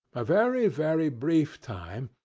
a very, very brief time,